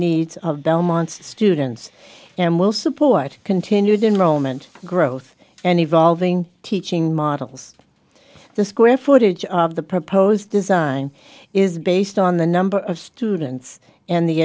belmont's students and will support continued in moment growth and evolving teaching models the square footage of the proposed design is based on the number of students and the